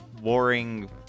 warring